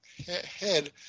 head